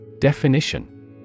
Definition